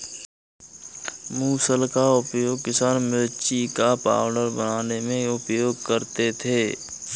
मुसल का उपयोग किसान मिर्ची का पाउडर बनाने में उपयोग करते थे